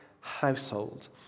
household